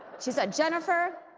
she said jennifer